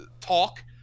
talk